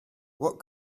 what